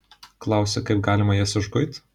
klausi kaip galima jas išguit